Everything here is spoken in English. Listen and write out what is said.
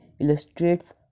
illustrates